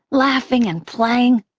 laughing and playing.